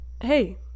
hey